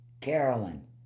Carolyn